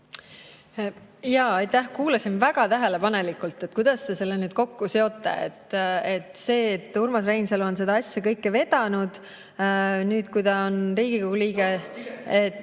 Kuulasin väga tähelepanelikult, kuidas te selle nüüd kokku seote: see, et Urmas Reinsalu on kogu seda asja vedanud, nüüd, kui ta on Riigikogu liige,